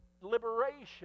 liberation